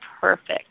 perfect